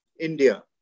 India